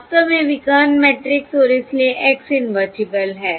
वास्तव में विकर्ण मैट्रिक्स और इसलिए X इनवर्टिबल है